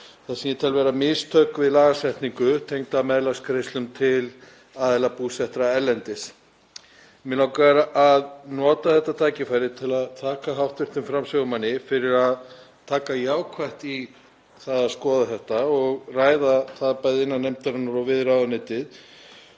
það sem ég tel vera mistök við lagasetningu tengda meðlagsgreiðslum til aðila búsettra erlendis. Mig langar að nota þetta tækifæri til að þakka hv. framsögumanni fyrir að taka jákvætt í það að skoða þetta og ræða það bæði innan nefndarinnar og við ráðuneytið.